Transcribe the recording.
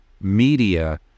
media